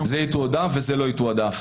זה יתועדף וזה לא יתועדף.